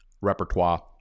repertoire